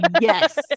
yes